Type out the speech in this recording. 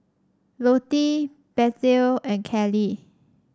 Lottie Bethel and Kallie